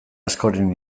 askoren